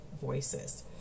voices